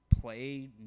play